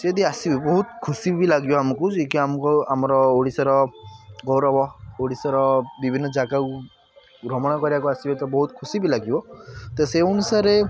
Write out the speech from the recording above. ଯଦି ଆସିବେ ବହୁତ ଖୁସି ବି ଲାଗିବ ଆମକୁ ଯିଏ କି ଆମକୁ ଆମର ଓଡ଼ିଶାର ଗୌରବ ଓଡ଼ିଶାର ବିଭିନ୍ନ ଜାଗାକୁ ଭ୍ରମଣ କରିବାକୁ ଆସିବେ ତ ବହୁତ ଖୁସି ବି ଲାଗିବ ତ ସେଇ ଅନୁସାରେ